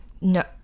no